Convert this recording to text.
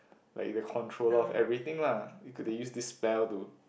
like you the controller of everything lah it could be use this spell to